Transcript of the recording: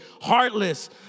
heartless